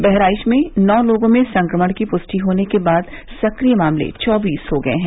बहराइच में नौ लोगों में संक्रमण की पुष्टि होने के बाद सक्रिय मामले चौबीस हो गए हैं